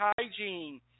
hygiene